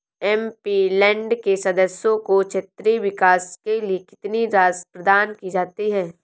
MP land के सदस्यों को क्षेत्रीय विकास के लिए कितनी राशि प्रदान की जाती है?